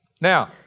Now